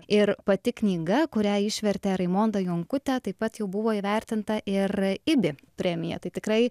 ir pati knyga kurią išvertė raimonda jonkutė taip pat jau buvo įvertinta ir ibi premija tai tikrai